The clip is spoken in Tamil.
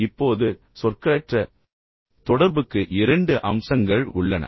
இப்போது சொற்களற்ற தொடர்புக்கு இரண்டு அம்சங்கள் உள்ளன